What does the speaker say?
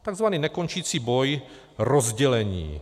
Takzvaný nekončící boj rozdělení.